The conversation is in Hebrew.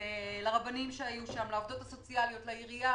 לרבנים שהיו שם, לעובדות הסוציאליות, לעירייה